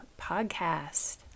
podcast